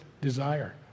desire